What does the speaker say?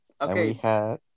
Okay